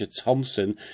Thompson